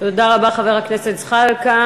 תודה רבה, חבר הכנסת זחאלקה.